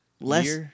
less